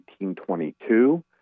1822